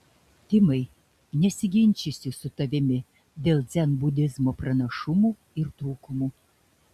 timai nesiginčysiu su tavimi dėl dzenbudizmo pranašumų ir trūkumų